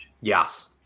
Yes